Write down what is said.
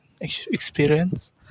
experience